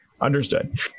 understood